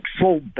full